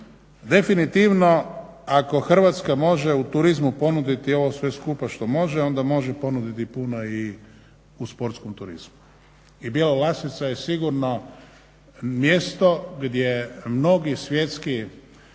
Definitivno ako Hrvatska može u turizmu ponuditi ovo sve skupa što može, onda može ponuditi puno i u sportskom turizmu. I Bjelolasica je sigurno mjesto gdje mnogi svjetski,